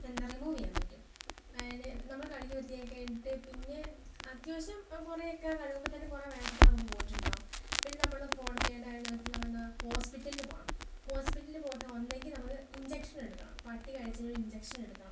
എന്താ പറയ റിമൂവ് ചെയ്യാൻ പറ്റും അതിന് നമ്മൾ കഴുകി വൃത്തിയാക്കി കഴിഞ്ഞിട്ട് പിന്നെ അത്യാവശ്യം കുറെ ഒക്കെ കഴുകുമ്പോൾ തന്നെ കുറെ വൈറസ് ഒക്കെ നമുക്ക് പോയിട്ടുണ്ടാകും പിന്നെ നമ്മൾ പോകേണ്ട ചെയ്യേണ്ടേ കാര്യം എന്ന് പറഞ്ഞാൽ നമ്മൾ എന്താ ഹോസ്പിറ്റലിൽ പോകണം ഹോസ്പിറ്റലിൽ പോയിട്ട് ഒന്നെങ്കിൽ നമുക്ക് ഇൻജെക്ഷൻ എടുക്കണം പട്ടി കടിച്ചതിൻ്റെ ഇൻജെക്ഷൻ എടുക്കണം